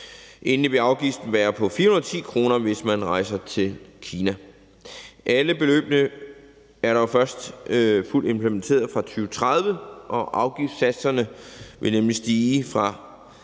Endelig vil afgiften være på 410 kr., hvis man rejser til Kina. Alle beløbene er dog først fuldt implementeret fra 2030. Afgiftssatserne vil nemlig stige fra